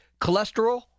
Cholesterol